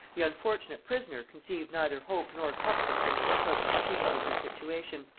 the unfortunate prisoner conceived neither hope nor comfort from this approaching change in her situation,